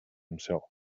himself